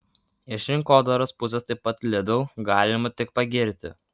iš rinkodaros pusės taip pat lidl galima tik pagirti